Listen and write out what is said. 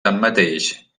tanmateix